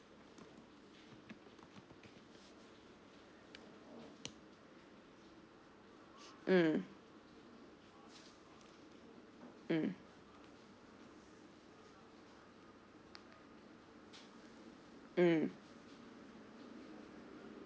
mm mm mm